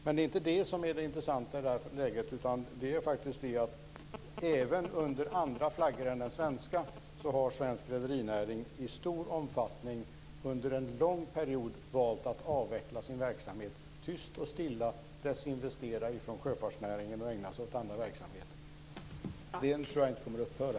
Men det är inte det som är det intressanta i det här läget, utan det är faktiskt så att även under andra flaggor än den svenska har svensk rederinäring i stor omfattning under en lång period valt att avveckla sin verksamhet. Man har tyst och stilla desinvesterat från sjöfartsnäringen och ägnat sig åt andra verksamheter, och jag tror inte att det kommer att upphöra.